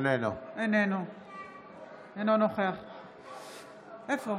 אינו נוכח משה אבוטבול,